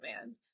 man